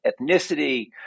ethnicity